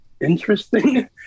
interesting